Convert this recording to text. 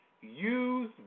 Use